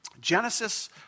Genesis